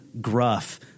gruff